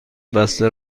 بسته